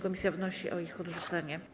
Komisja wnosi o ich odrzucenie.